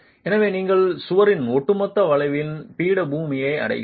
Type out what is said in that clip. எனவே நீங்கள் சுவரின் ஒட்டுமொத்த வளைவின் பீடபூமியை அடைகிறீர்கள்